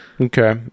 okay